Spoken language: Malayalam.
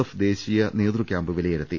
എഫ് ദേശീയ നേതൃക്യാമ്പ് വിലയിരുത്തി